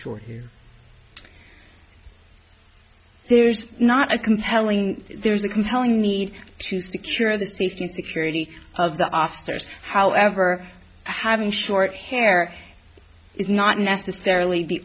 shore here there's not a compelling there's a compelling need to secure the safety and security of the officers however having short hair is not necessarily